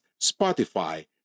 Spotify